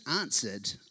answered